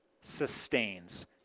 sustains